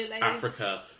Africa